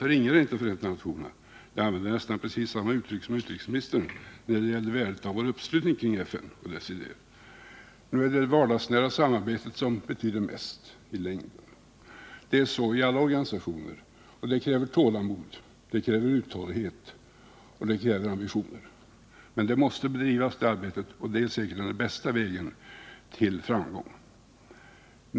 Observera att jag inte förringar Förenta nationernas betydelse — jag använder nästan precis samma uttryck som utrikesministern när det gäller värdet av vår uppslutning kring FN och dess idé. Men det är ändå det vardagsnära samarbetet som betyder mest, och det kräver tålamod, uthållighet och ambition. Det arbetet måste bedrivas, och det är säkerligen den bästa vägen till framgång.